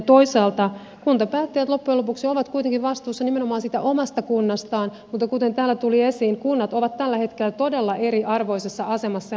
toisaalta kuntapäättäjät loppujen lopuksi ovat kuitenkin vastuussa nimenomaan siitä omasta kunnastaan mutta kuten täällä tuli esiin kunnat ovat tällä hetkellä todella eriarvoisessa asemassa ja myös kuntalaiset